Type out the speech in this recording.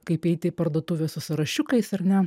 kaip eiti į parduotuvę su sąrašiukais ar ne